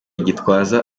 gitwaza